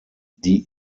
die